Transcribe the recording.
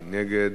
מי נגד?